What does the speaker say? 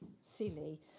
silly